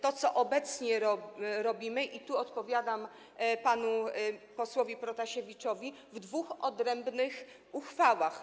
To obecnie robimy - tu odpowiadam panu posłowi Protasiewiczowi - w dwóch odrębnych uchwałach.